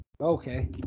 Okay